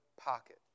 pocket